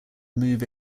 move